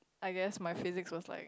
I guess my physics was like